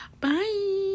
bye